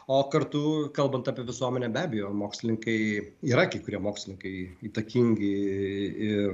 o kartu kalbant apie visuomenę be abejo mokslininkai yra kai kurie mokslininkai įtakingi ir